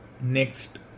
next